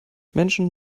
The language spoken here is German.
menschen